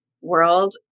world